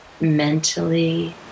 Mentally